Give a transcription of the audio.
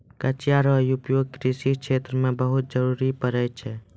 कचिया रो उपयोग कृषि क्षेत्र मे बहुत जरुरी पड़ै छै